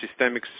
systemics